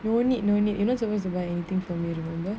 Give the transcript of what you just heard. no need no need you not suppose to buy anything you remember